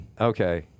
Okay